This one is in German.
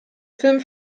film